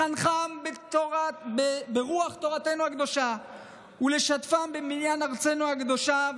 לחנכם ברוח תורתנו הקדושה ולשתפם בבניין ארצנו הקדושה.